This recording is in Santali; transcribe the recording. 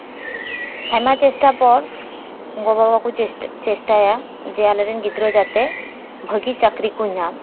ᱟᱭᱢᱟ ᱪᱮᱥᱴᱟ ᱯᱚᱨ ᱜᱚ ᱵᱟᱵᱟᱠᱚ ᱪᱮᱥᱴᱟᱭᱟ ᱡᱮ ᱟᱞᱮᱨᱮᱱ ᱜᱤᱫᱽᱨᱟᱹ ᱡᱟᱛᱮ ᱵᱷᱟᱜᱮ ᱪᱟᱹᱠᱨᱤᱠᱚ ᱧᱟᱢ